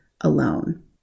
alone